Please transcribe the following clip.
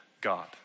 God